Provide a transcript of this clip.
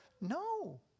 No